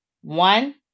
One